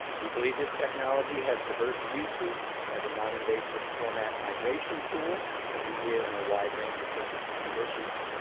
we believe this technology has diverse uses as a noninvasive format migration tool for media in a wide range of physical conditions.